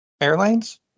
Airlines